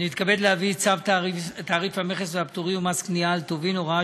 להביא את צו תעריף המכס והפטורים ומס קנייה על טובין (הוראת